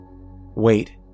Wait